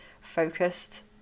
focused